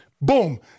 boom